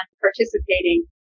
participating